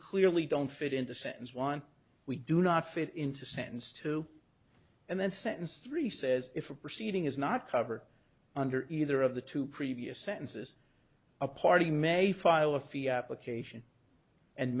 clearly don't fit into sentence one we do not fit into sentence two and then sentence three says if a proceeding is not covered under either of the two previous sentences a party